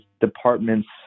departments